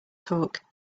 talk